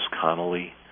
Connolly